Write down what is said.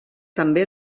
també